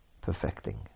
perfecting